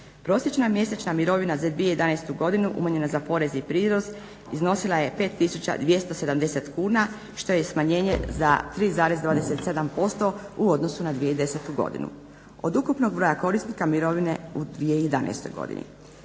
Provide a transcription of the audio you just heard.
Prosječna mjesečna mirovina za 2011. umanjena za porez i prirez iznosila 5 270 kuna što je smanjenje za 3,27% u odnosu na 2010. godinu od ukupnog broja korisnika mirovine u 2011. godini.